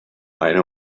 eine